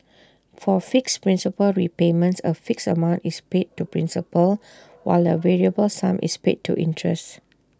for fixed principal repayments A fixed amount is paid to principal while A variable sum is paid to interest